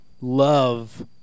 love